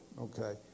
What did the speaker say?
Okay